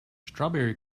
strawberry